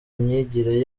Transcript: imyigire